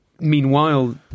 Meanwhile